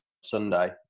Sunday